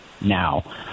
now